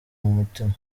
mutima